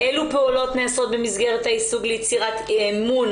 אלו נעשות במסגרת היישוג ליצירת אמון,